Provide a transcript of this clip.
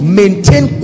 maintain